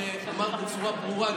שאמר בצורה ברורה,